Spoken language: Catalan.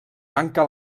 manca